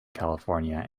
california